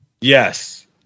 Yes